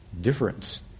difference